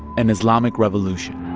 an islamic revolution